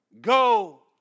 go